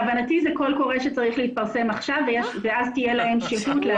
להבנתי זה קול קורא שצריך להתפרסם עכשיו ואז תהיה להם שהות להגיש.